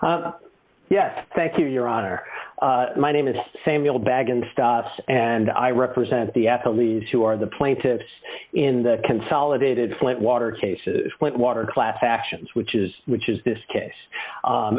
stock yes thank you your honor my name is samuel bag and stuff and i represent the athletes who are the plaintiffs in the consolidated flint water cases when water class passions which is which is this case